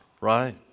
right